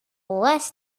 less